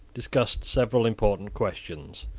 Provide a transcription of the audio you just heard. discussed several important questions.